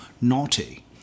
naughty